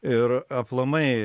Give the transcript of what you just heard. ir aplamai